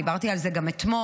דיברתי על זה גם אתמול,